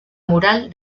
mural